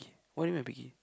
what do you mean by picky